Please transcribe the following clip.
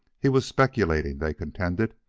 he was speculating, they contended,